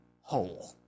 whole